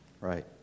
Right